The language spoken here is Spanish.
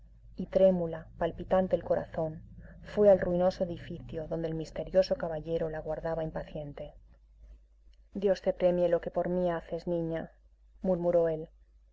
y trémula palpitante el corazón fue al ruinoso edificio donde el misterioso caballero la aguardaba impaciente dios te premie lo que por mí haces niña murmuró él